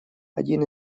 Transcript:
один